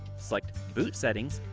select boot settings.